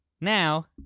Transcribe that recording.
Now